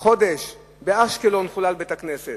חודש חולל באשקלון בית-כנסת.